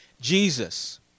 Jesus